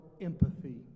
empathy